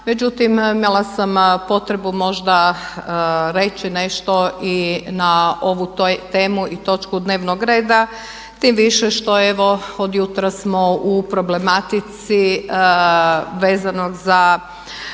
međutim imala sam potrebu možda reći nešto i na ovu temu i točku dnevnog reda. Tim više što evo od jutros smo u problematici vezano za